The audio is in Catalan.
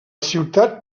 ciutat